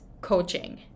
coaching